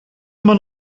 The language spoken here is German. immer